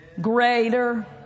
greater